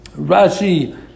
Rashi